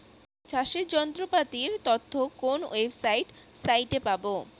চাষের যন্ত্রপাতির তথ্য কোন ওয়েবসাইট সাইটে পাব?